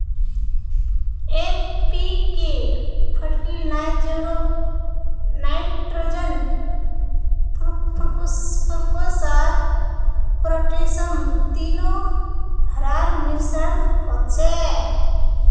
NPK फ़र्टिलाइज़रोत nitrogen, phosphorus आर potassium तीनो रहार मिश्रण होचे